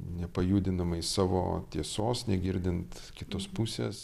nepajudinamai savo tiesos negirdint kitos pusės